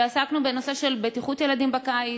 ועסקנו בנושא של בטיחות ילדים בקיץ,